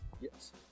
Yes